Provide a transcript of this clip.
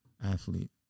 athlete